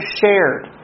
shared